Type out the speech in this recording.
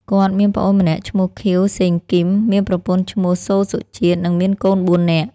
គាត់ មានប្អូនម្នាក់ឈ្មោះ ខៀវ សេងគីម មានប្រពន្ធឈ្មោះ សូ សុជាតិ និងមានកូន ៤នាក់ ។